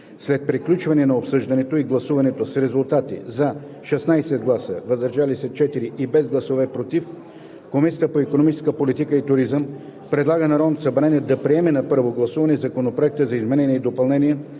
След приключване на обсъждането и гласуването с резултати: „за“ – 16 гласа, „въздържал се“ – 4, и без „против“ Комисията по икономическа политика и туризъм предлага на Народното събрание да приеме на първо гласуване Законопроект за изменение и допълнение